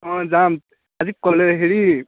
অ' যাম আজি কলে হেৰি